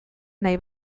nahi